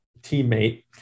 teammate